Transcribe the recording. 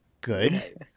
good